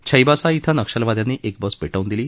छैबासा शि नक्षलवाद्यांनी एक बस पेटवून दिली